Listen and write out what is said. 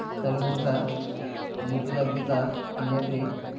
తగినంత నీటి లభ్యత అనేది